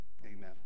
Amen